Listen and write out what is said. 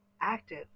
active